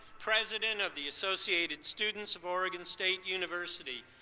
president of the associated students of oregon state university.